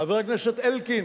חבר הכנסת אלקין.